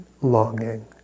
longing